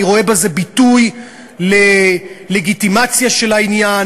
אני רואה בזה ביטוי ללגיטימציה של העניין,